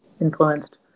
influenced